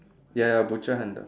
ya ya butcher handle